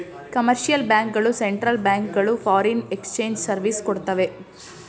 commercial bank ಗಳು central bank ಗಳು foreign exchange service ಕೊಡ್ತವೆ